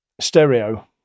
stereo